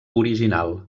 original